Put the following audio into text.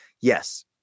yes